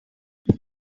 fast